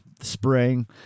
spring